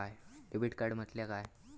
Debit card म्हटल्या काय?